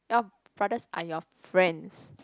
your brothers are your friends